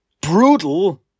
brutal